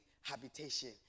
habitation